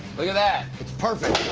but that. it's perfect.